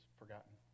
forgotten